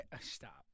Stop